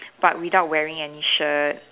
but without wearing any shirt